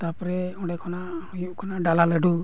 ᱛᱟᱯᱚᱨᱮ ᱚᱸᱰᱮ ᱠᱷᱚᱱᱟᱜ ᱦᱩᱭᱩᱜ ᱠᱟᱱᱟ ᱰᱟᱞᱟ ᱞᱟᱹᱰᱩ